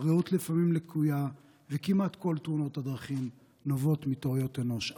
הראות לפעמים לקויה וכמעט כל תאונות הדרכים נובעות מטעויות אנוש.